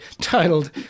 titled